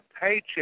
paycheck